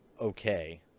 okay